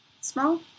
small